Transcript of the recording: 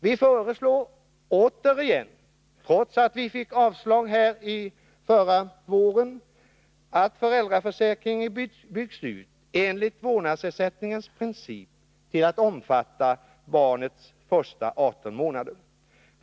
Vi föreslår återigen, trots att vi fick avslag förra våren, att föräldraförsäkringen byggs ut enligt vårdnadsersättningens princip till att omfatta barnets första 18 månader.